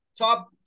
Top